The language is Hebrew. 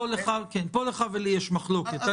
פה לך ולי יש מחלוקת.